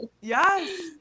Yes